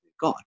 God